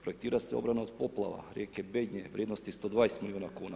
Projektira se obrana od poplava rijeke Bednje, vrijednosti 120 milijuna kuna.